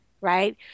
right